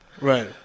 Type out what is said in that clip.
Right